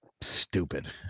stupid